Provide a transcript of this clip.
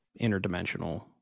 interdimensional